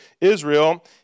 Israel